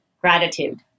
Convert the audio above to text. gratitude